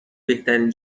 بهترین